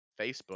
Facebook